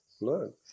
learn